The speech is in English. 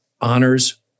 honors